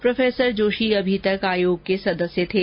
professor Joshi अभी तक आयोग के सदस्य थे